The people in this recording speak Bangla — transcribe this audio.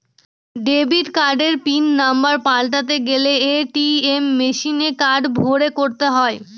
ডেবিট কার্ডের পিন নম্বর পাল্টাতে গেলে এ.টি.এম মেশিনে কার্ড ভোরে করতে হয়